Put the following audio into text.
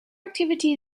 activity